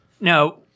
Now